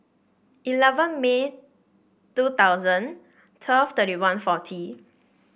eleven May two thousand twelve thirty one forty